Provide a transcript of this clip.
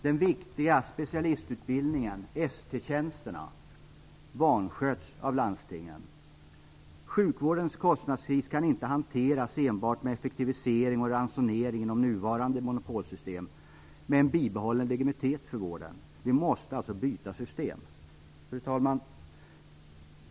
Den viktiga specialistutbildningen, ST tjänsterna, vansköts av landstingen. Sjukvårdens kostnadskris kan inte hanteras enbart med effektivisering och ransonering inom nuvarande monopolsystem med en bibehållen legitimitet för vården. Vi måste alltså byta system. Fru talman!